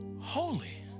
Holy